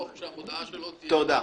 תודה.